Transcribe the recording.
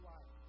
Life